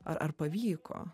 ar ar pavyko